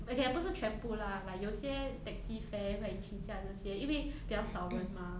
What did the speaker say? okay ah 全部 lah like 有些 taxi fare 会起价那些因为比较少人 mah